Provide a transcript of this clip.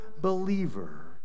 believer